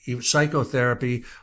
psychotherapy